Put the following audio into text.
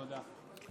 תודה.